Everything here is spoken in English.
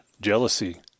jealousy